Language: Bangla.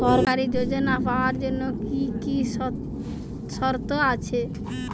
সরকারী যোজনা পাওয়ার জন্য কি কি শর্ত আছে?